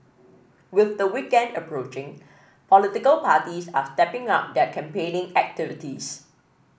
with the weekend approaching political parties are stepping up their campaigning activities